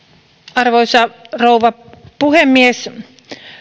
arvoisa rouva puhemies